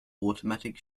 automatic